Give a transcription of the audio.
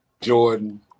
Jordan